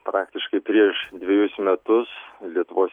praktiškai prieš dvejus metus lietuvos